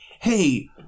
hey